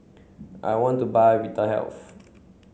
I want to buy Vitahealth